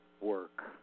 work